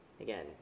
Again